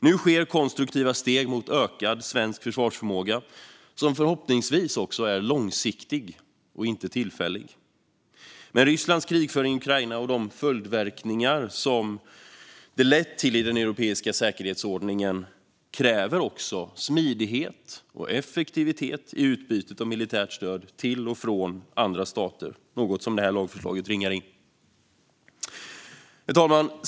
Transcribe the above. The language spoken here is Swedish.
Nu tas konstruktiva steg mot en ökad svensk försvarsförmåga, som förhoppningsvis är långsiktig och inte tillfällig. Men Rysslands krigföring i Ukraina och de följdverkningar det har lett till i den europeiska säkerhetsordningen innebär att det också krävs smidighet och effektivitet i utbytet av militärt stöd till och från andra stater. Det är något som detta lagförslag ringar in. Herr talman!